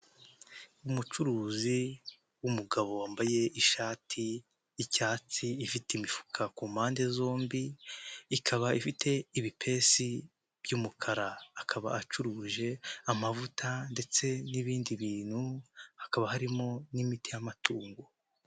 Umucuruzi w'umugabo wambaye ishati y'icyatsi, ifite imifuka ku mpande zombi, ikaba ifite ibipesi by'umukara, akaba acuruje amavuta ndetse n'ibindi bintu, hakaba harimo n'imiti y'amatungo.